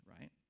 right